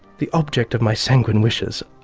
the object of my sanguine wishes,